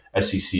SEC